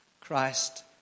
Christ